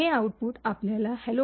हे आउटपुट आपल्याला हॅलो